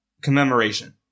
commemoration